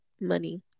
money